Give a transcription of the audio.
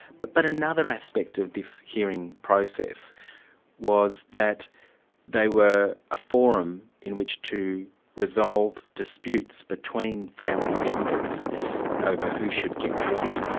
but but another aspect of this hearing process was that they were a forum in which to resolve disputes between family members over who should get what.